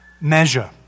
measure